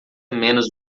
menos